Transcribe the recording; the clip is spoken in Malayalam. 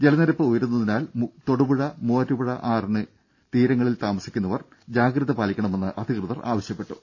ജലനിരപ്പ് ഉയരുന്നതിനാൽ തൊടുപുഴ മൂവാറ്റുപുഴ ആറിന് ഇരുവശവും താമസിക്കുന്നവർ ജാഗ്രത പാലിക്കണമെന്ന് അധികൃതർ അറിയിച്ചു